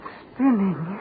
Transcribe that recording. spinning